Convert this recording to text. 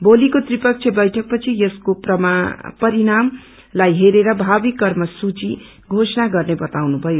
भोलीको त्रिपक्षीय बैठपछि यसको परिणामलाई हेरेर भावी कर्मसूची धोषणा गर्ने वताउनु भयो